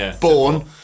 Born